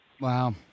Wow